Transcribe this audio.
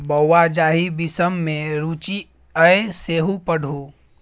बौंआ जाहि विषम मे रुचि यै सैह पढ़ु